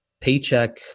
paycheck